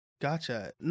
Gotcha